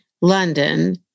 London